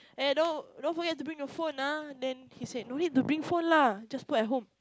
eh don't don't forget to bring your phone ah then he said don't need to bring phone lah just put at home